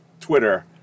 Twitter